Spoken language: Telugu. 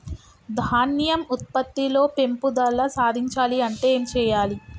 ధాన్యం ఉత్పత్తి లో పెంపుదల సాధించాలి అంటే ఏం చెయ్యాలి?